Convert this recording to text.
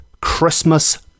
Christmas